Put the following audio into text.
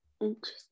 interesting